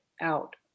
out